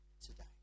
today